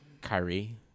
Kyrie